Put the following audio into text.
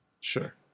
Sure